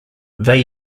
they